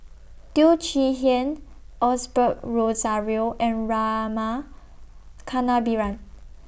Teo Chee Hean Osbert Rozario and Rama Kannabiran